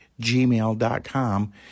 gmail.com